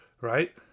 right